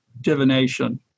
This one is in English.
divination